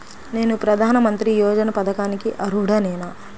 నేను ప్రధాని మంత్రి యోజన పథకానికి అర్హుడ నేన?